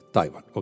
Taiwan